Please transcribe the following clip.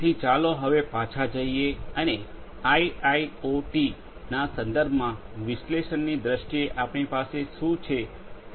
તેથી ચાલો હવે પાછા જઈએ અને આઇઆઇઓટીના સંદર્ભમાં વિશ્લેષણની દ્રષ્ટિએ આપણી પાસે શું છે તે જોઈએ